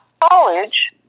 college